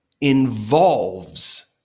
involves